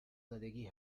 زدگی